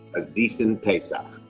a decent pesach.